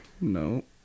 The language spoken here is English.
No